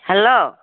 hello